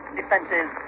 defenses